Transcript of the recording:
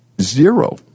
Zero